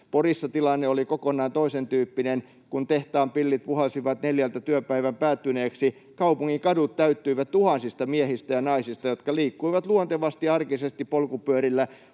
Porissa tilanne oli kokonaan toisentyyppinen: kun tehtaan pillit puhalsivat neljältä työpäivän päättyneeksi, kaupungin kadut täyttyivät tuhansista miehistä ja naisista, jotka liikkuivat luontevasti, arkisesti polkupyörillä